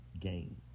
game